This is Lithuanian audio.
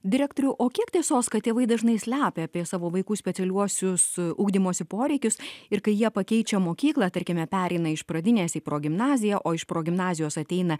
direktoriau o kiek tiesos kad tėvai dažnai slepia apie savo vaikų specialiuosius ugdymosi poreikius ir kai jie pakeičia mokyklą tarkime pereina iš pradinės į progimnaziją o iš progimnazijos ateina